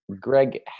Greg